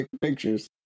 pictures